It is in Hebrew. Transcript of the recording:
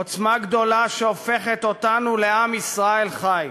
עוצמה גדולה שהופכת אותנו לעם ישראל חי.